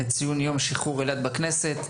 לציון יום שחרור אילת בכנסת.